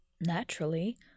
naturally